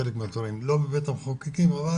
חלק מהדברים לא בבית המחוקקים אבל